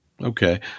Okay